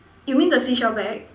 you mean the seashell bag